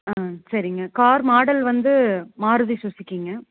ஆ சரிங்க car model வந்து மாருதி சுசுகிங்க